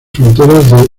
fronteras